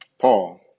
Paul